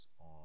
on